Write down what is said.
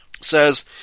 says